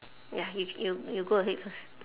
ya you you you go ahead first